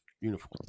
uniform